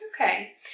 Okay